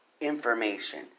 information